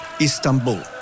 Istanbul